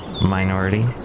Minority